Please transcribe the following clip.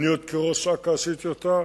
אני עוד כראש אכ"א עשיתי אותה,